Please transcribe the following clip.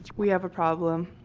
we have a problem.